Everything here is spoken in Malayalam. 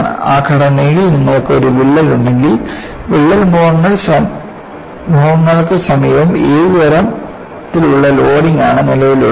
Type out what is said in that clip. ആ ഘടനയിൽ നിങ്ങൾക്ക് ഒരു വിള്ളൽ ഉണ്ടെങ്കിൽ വിള്ളൽ മുഖങ്ങൾക്ക് സമീപം ഏത് തരത്തിലുള്ള ലോഡിംഗ് ആണ് നിലവിലുള്ളത്